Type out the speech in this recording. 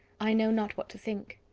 i know not what to think.